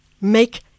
make